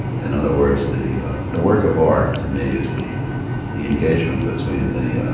in other words, the the work of art to me is the the engagement between the,